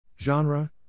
Genre